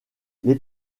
les